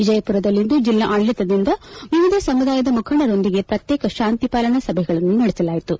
ವಿಜಯಪುರದಲ್ಲಿಂದು ಜಿಲ್ಲಾಡಳಿತದಿಂದ ವಿವಿಧ ಸಮುದಾಯದ ಮುಖಂಡರೊಂದಿಗೆ ಪ್ರತ್ಯೇಕ ಶಾಂತಿಪಾಲನಾ ಸಭೆಗಳನ್ನು ನಡೆಸಲಾಯಿತು